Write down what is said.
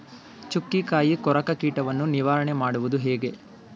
ಚುಕ್ಕಿಕಾಯಿ ಕೊರಕ ಕೀಟವನ್ನು ನಿವಾರಣೆ ಮಾಡುವುದು ಹೇಗೆ?